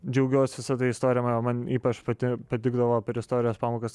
džiaugiuos visa ta istorija man ypač pati patikdavo per istorijos pamokas